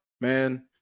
man